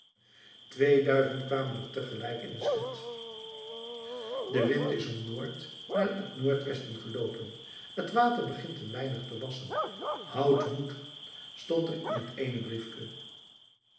twee duiven kwamen er tegelijk in de stad de wind is om de noord naar het noord westen geloopen het water begint een weinig te wassen houdt moed stond er in het eene briefke